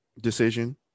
decision